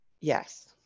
Yes